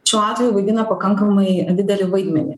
šiuo atveju vaidina pakankamai didelį vaidmenį